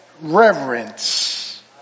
reverence